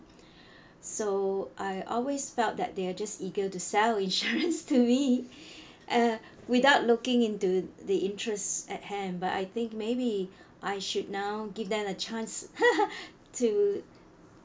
so I always felt that they are just eager to sell insurance to me uh without looking into the interest at hand but I think maybe I should now give them a chance to